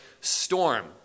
storm